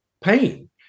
pain